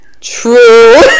true